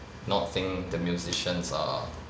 not think the musicians are